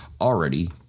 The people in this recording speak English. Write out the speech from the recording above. already